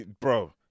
Bro